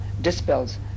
dispels